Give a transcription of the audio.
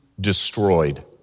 destroyed